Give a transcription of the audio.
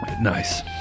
nice